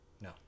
No